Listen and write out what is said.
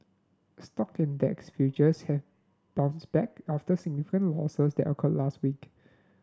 stock index futures have bounce back after significant losses that occurred last week